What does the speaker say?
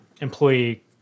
employee